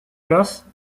place